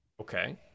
Okay